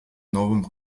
novum